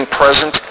present